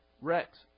Rex